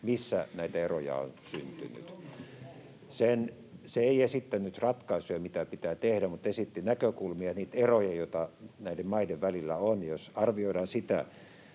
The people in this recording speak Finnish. missä näitä eroja on syntynyt. Se ei esittänyt ratkaisuja, mitä pitää tehdä, mutta esitti näkökulmia, niitä eroja, joita näiden maiden välillä on. Jos arvioidaan sitä